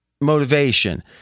motivation